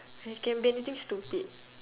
uh it can be anything stupid